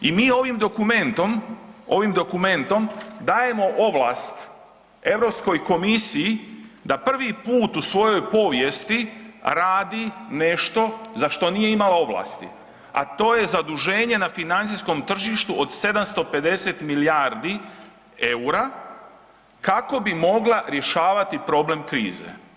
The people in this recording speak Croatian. I mi ovim dokumentom, ovim dokumentom dajemo ovlast Europskoj komisiji da prvi put u svojoj povijesti radi nešto za što nije imao ovlasti, a to je zaduženje na financijskom tržištu od 750 milijardi EUR-a kako bi mogla rješavati problem krize.